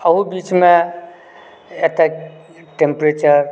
अहू बीचमे एतेक टेम्प्रेचर